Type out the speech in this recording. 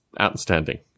outstanding